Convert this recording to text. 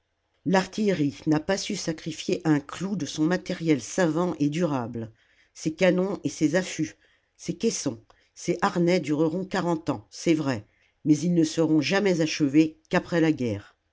l'artillerie n'a pas su sacrifier un clou de son matériel savant et durable ses canons et ses affûts ses la commune caissons ses harnais dureront quarante ans c'est vrai mais ils ne seront jamais achevés qu'après la guerre